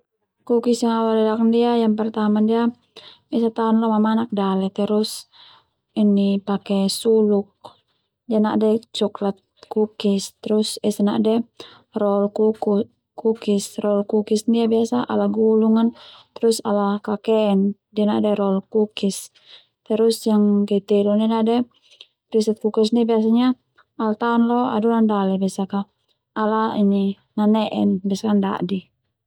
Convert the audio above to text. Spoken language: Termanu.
Kokis yang au alelak ndia yang pertama ndia taon lo mamanak dale terus ini pake suluk ndia nade coklat kukis. Terus esa na'de rol kukis rol kukis ndia biasa al gulung an terus ala kaken ndia na'de rol kukis. Terus yang ke telu ndia na'de friset ndia biasanya kukis ala taon lo adonan dale besak kala ala nane'en besak ana dadi.